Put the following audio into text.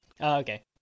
okay